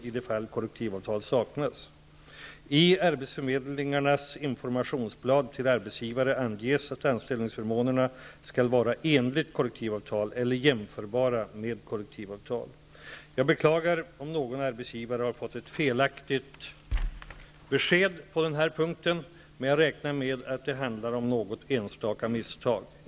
I arbetsförmedlingarnas informationsblad till arbetsgivare anges att anställningsförmånerna skall vara enligt kollektivavtal eller jämförbara med kollektivavtal. Jag beklagar om någon arbetsgivare har fått ett felaktigt besked på den här punkten, men jag räknar med att det handlar om något enstaka misstag.